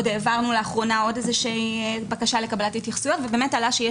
לאחרונה העברנו עוד איזושהי בקשה לקבלת התייחסויות ובאמת עלה שיש